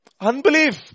unbelief